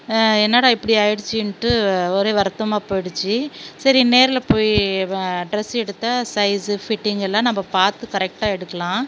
என்னடா இப்படி ஆயிடுச்சின்ட்டு ஒரே வருத்தமாக போயிடுச்சு சரி நேரில் போய் டிரெஸ்ஸு எடுத்தால் சைஸ்ஸு ஃபிட்டிங் எல்லாம் நம்ம பார்த்து கரெக்டாக எடுக்கலாம்